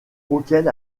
auquel